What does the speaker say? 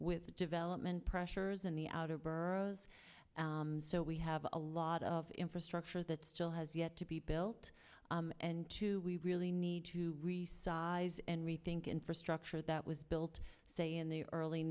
with the development pressures in the outer boroughs so we have a lot of infrastructure that still has yet to be built and two we really need to resize and rethink infrastructure that was built say in the early